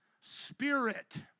spirit